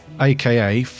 AKA